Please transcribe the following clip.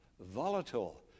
volatile